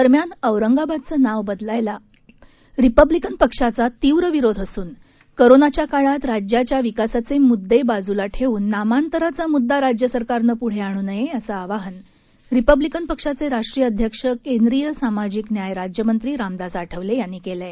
दरम्यान औरंगाबादचं नाव बदलायला रिपब्लिकन पक्षाचा तीव्र विरोध असून कोरोना च्या काळात राज्याच्या विकासाचे मुद्दे बाजूला ठेऊन नामांतराचा मुद्दा राज्य सरकारनं पुढे आणू नये असं आवाहन रिपब्लिकन पक्षाचे राष्ट्रीय अध्यक्ष केंद्रीय सामाजिक न्याय राज्यमंत्री रामदास आठवले यांनी केलं आहे